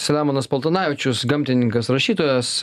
selemonas paltanavičius gamtininkas rašytojas